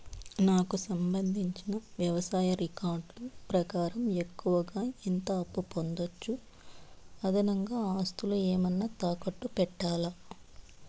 నాకు సంబంధించిన వ్యవసాయ రికార్డులు ప్రకారం ఎక్కువగా ఎంత అప్పు పొందొచ్చు, అదనంగా ఆస్తులు ఏమన్నా తాకట్టు పెట్టాలా?